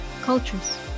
cultures